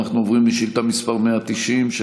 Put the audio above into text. אני דיברתי על